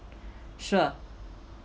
sure